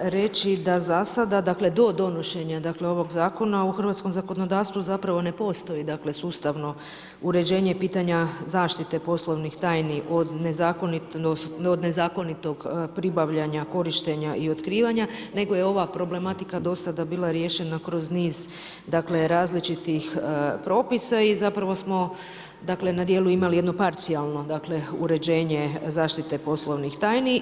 reći da zasada, dakle do donošenja ovoga zakona u hrvatskom zakonodavstvu zapravo ne postoji dakle, sustavno uređenje pitanja zaštita poslovnih tajni od nezakonitog pribavljanja korištenja i otkrivanja, nego je ova problematika do sada bila riješena kroz niz različitih propisa i zapravo smo dakle, na dijelu imali jednu parcijalnu, dakle, uređenje zaštite poslovnih tajni.